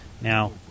Now